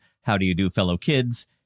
how-do-you-do-fellow-kids